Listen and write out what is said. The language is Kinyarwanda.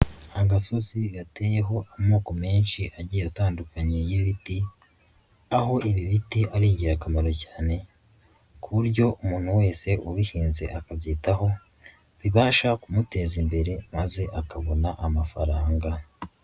Agasozi gateyeho amoko menshi agiye atandukanye y'ibiti aho ibi biti ari ingirakamaro cyane ku buryo umuntu wese ubihinze akabyitaho, bibasha kumuteza imbere maze akabona amafaranga.